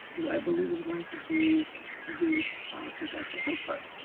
who i believe is going to do the the pfas and health part.